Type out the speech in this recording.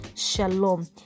shalom